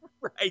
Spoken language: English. Right